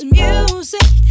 music